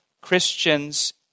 Christians